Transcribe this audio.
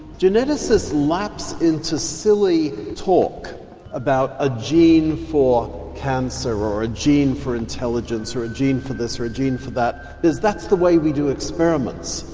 geneticists lapse into silly talk about a gene for cancer, or a gene for intelligence, or a gene for this or a gene for that. that's the way we do experiments,